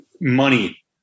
money